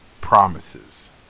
promises